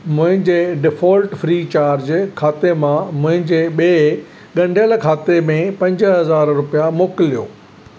मुंहिंजे default Freecharge खाते मां मुंहिंजे ॿिए ॻंढियल खाते में पंज हज़ार रुपिया मोकिलियो